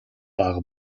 бага